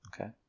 Okay